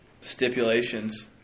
stipulations